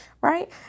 Right